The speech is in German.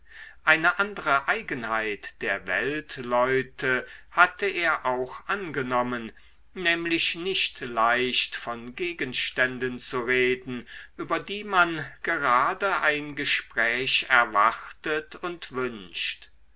eine andere eigenheit der weltleute hatte er auch angenommen nämlich nicht leicht von gegenständen zu reden über die man gerade ein gespräch erwartet und wünscht